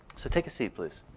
so take a seat, please.